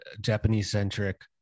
Japanese-centric